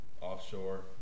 offshore